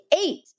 eight